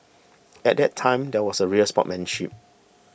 at that time there was a real sportsmanship